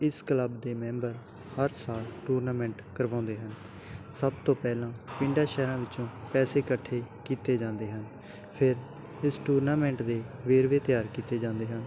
ਇਸ ਕਲੱਬ ਦੇ ਮੈਂਬਰ ਹਰ ਸਾਲ ਟੂਰਨਾਮੈਂਟ ਕਰਵਾਉਂਦੇ ਹਨ ਸਭ ਤੋਂ ਪਹਿਲਾਂ ਪਿੰਡਾਂ ਸ਼ਹਿਰਾਂ ਵਿੱਚੋਂ ਪੈਸੇ ਇਕੱਠੇ ਕੀਤੇ ਜਾਂਦੇ ਹਨ ਫਿਰ ਇਸ ਟੂਰਨਾਮੈਂਟ ਦੇ ਵੇਰਵੇ ਤਿਆਰ ਕੀਤੇ ਜਾਂਦੇ ਹਨ